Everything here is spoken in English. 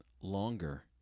Longer